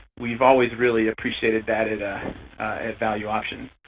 we've always really appreciated that at ah at valueoptions.